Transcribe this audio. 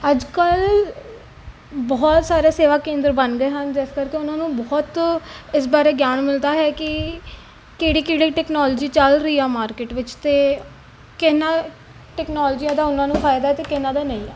ਅੱਜ ਕੱਲ੍ਹ ਬਹੁਤ ਸਾਰੇ ਸੇਵਾ ਕੇਂਦਰ ਬਣ ਗਏ ਹਨ ਜਿਸ ਕਰਕੇ ਉਹਨਾਂ ਨੂੰ ਬਹੁਤ ਇਸ ਬਾਰੇ ਗਿਆਨ ਮਿਲਦਾ ਹੈ ਕਿ ਕਿਹੜੀ ਕਿਹੜੀ ਟੈਕਨੋਲੋਜੀ ਚੱਲ ਰਹੀ ਆ ਮਾਰਕੀਟ ਵਿੱਚ ਅਤੇ ਕਿਹਨਾਂ ਟੈਕਨੋਲਜੀਆਂ ਦਾ ਉਹਨਾਂ ਨੂੰ ਫਾਇਦਾ ਅਤੇ ਕਿਹਨਾਂ ਦਾ ਨਹੀਂ